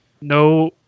no